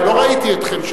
לא ראיתי אתכם.